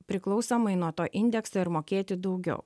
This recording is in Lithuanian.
priklausomai nuo to indekso ir mokėti daugiau